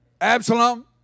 Absalom